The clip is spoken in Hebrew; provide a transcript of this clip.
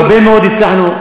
הרבה מאוד הצלחנו,